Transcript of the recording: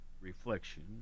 reflection